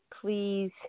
please